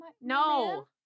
No